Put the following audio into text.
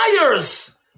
liars